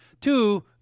Two